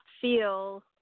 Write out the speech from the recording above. feel